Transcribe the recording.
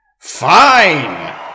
FINE